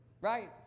right